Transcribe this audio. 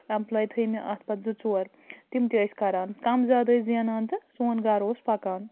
employee تھٲے مےٚ اَتھ پتہٕ زٕ ژور تِم تہِ ٲسۍ کَران کَم زیادٕ ٲسۍ زینان تہٕ سون گَرٕ اوس پَکان